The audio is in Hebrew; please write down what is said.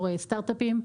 סטארטאפים,